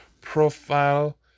profile